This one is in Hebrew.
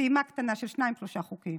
טעימה קטנה של שניים-שלושה חוקים.